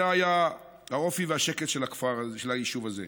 זה היה האופי והשקט של הכפר הזה, היישוב הזה.